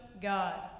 God